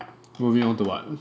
moving on to what